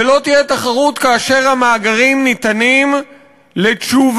ולא תהיה תחרות כאשר המאגרים ניתנים לתשובה